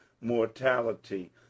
mortality